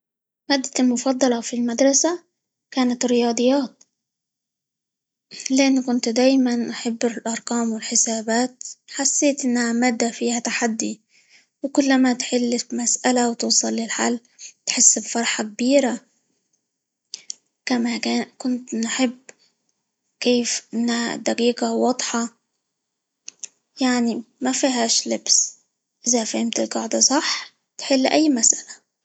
مادتي المفضلة في المدرسة كانت الرياضيات؛ لأن كنت دايمًا أحب -الر- الأرقام، والحسابات، حسيت إنها مادة فيها تحدي، وكل ما تحل مسألة، وتوصل للحل، تحس بفرحة كبيرة، كما -كا- كنت نحب كيف إنها دقيقة، وواضحة، ي عني ما فيهاش لبس، إذا فهمت القاعدة صح تحل أي مسألة.